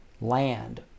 land